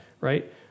right